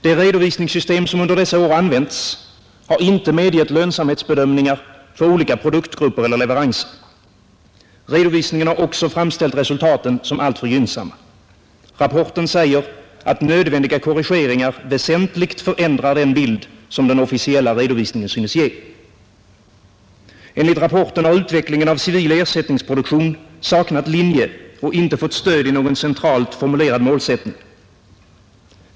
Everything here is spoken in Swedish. Det redovisningssystem som under dessa år använts har inte medgett lönsamhetsbedömningar för olika produktgrupper eller leveranser. Redovisningen har också framställt resultaten som alltför gynnsamma. Rapporten säger att nödvändiga korrigeringar väsentligt förändrar den bild som den officiella redovisningen synes ge. Enligt rapporten har utvecklingen av civil ersättningsproduktion saknat linje och inte fått stöd i någon centralt formulerad målsättning.